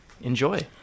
Enjoy